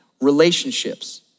relationships